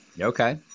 Okay